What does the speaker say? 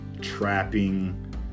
trapping